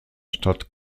stadt